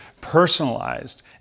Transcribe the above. personalized